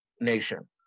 nation